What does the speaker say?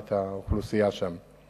הריני מתכבד להשיב על שאילתא רגילה מס' 237,